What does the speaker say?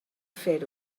fer